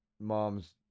mom's